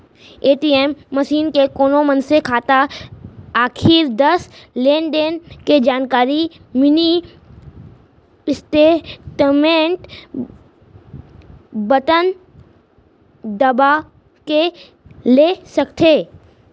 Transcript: ATM machine म कोन मनसे खाता आखरी दस लेनदेन के जानकारी मिनी स्टेटमेंट बटन दबा के ले सकथे